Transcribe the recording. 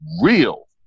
real